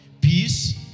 Peace